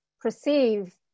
perceive